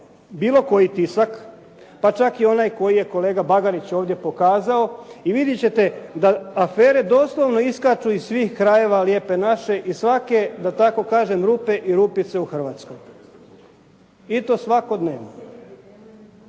bilo koji tisak, pa čak i onaj koji je kolega Bagarić ovdje pokazao i vidjet ćete da afere doslovno iskaču iz svih krajeva Lijepe naše i svake da tko kažem rupe i rupice u Hrvatskoj. I to svakodnevno.